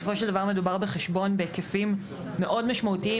בסופו של דבר מדובר בחשבון בהיקפים מאוד משמעותיים,